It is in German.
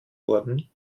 wurden